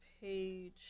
page